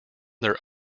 their